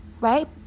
right